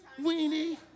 weenie